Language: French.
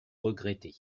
regretter